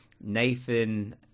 nathan